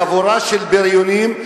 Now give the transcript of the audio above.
חבורה של בריונים,